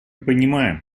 понимаем